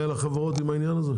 ולחברות אין בעיה עם העניין הזה?